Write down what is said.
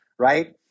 Right